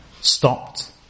stopped